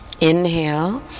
Inhale